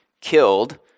killed